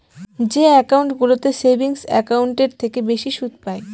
যে একাউন্টগুলোতে সেভিংস একাউন্টের থেকে বেশি সুদ পাই